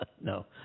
No